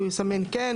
הוא יסמן כן,